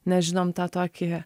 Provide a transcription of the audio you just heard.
nes žinom tą tokį